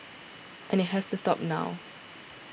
and it has to stop now